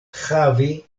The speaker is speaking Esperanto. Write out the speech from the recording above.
havi